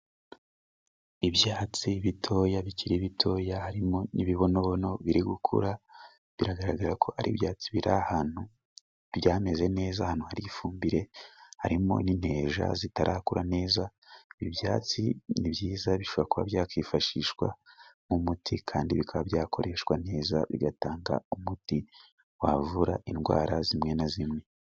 Ibyatsi bitoya bikiri bitoya, harimo n'ibibonobono biri gukura, biragaragara ko ari ibyatsi biri ahantu byameze neza ahantu hari ifumbire, harimo n'inteja zitarakura neza, ibi byatsi ni byiza bishobora kuba byakwifashishwa nk'umuti kandi bikaba byakoreshwa neza bigatanga umuti wavura indwara zimwe na zimwe.